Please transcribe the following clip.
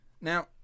now